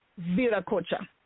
Viracocha